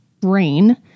brain